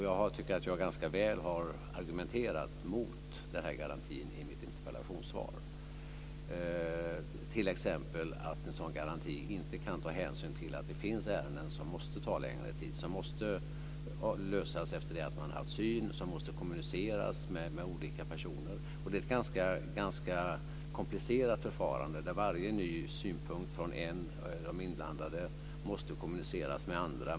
Jag tycker att jag ganska väl har argumenterat mot garantin i mitt interpellationssvar. En sådan garanti kan t.ex. inte ta hänsyn till att det finns ärenden som måste ta längre tid, som måste lösas efter det att man har haft syn och som man måste kommunicera med olika personer om. Det är ett ganska komplicerat förfarande, där man måste kommunicera med de andra om varje ny synpunkt från en av de inblandade.